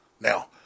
Now